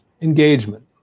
engagement